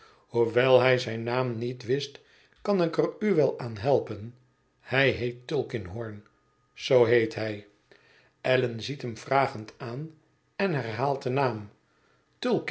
hoewel hij zijn naam niet wist kan ik er u wel aan helpen hij heet tulkinghorn zoo heet hij allan ziet hem vragend aan en herhaalt den naam